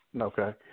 Okay